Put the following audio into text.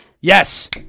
Yes